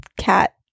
cat